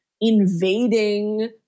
invading